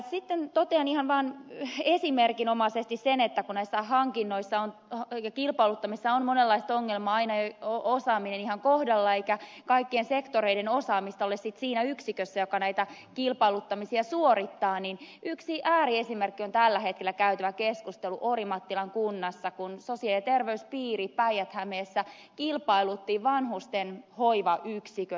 sitten totean ihan vaan esimerkinomaisesti sen että kun näissä kilpailuttamisissa on monenlaista ongelmaa aina ei ole osaaminen ihan kohdallaan eikä kaikkien sektoreiden osaamista ole siinä yksikössä joka näitä kilpailuttamisia suorittaa niin yksi ääriesimerkki on tällä hetkellä käytävä keskustelu orimattilan kunnassa kun sosiaali ja terveyspiiri päijät hämeessä kilpailutti vanhusten hoivayksiköt